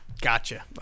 Gotcha